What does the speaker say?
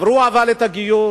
הם עברו את הגיור,